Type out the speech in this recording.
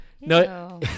No